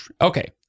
Okay